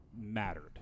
mattered